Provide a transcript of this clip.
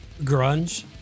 grunge